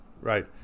right